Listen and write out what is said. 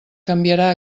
canviarà